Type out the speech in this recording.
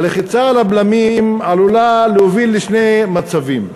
הלחיצה על הבלמים עלולה להוביל לשני מצבים,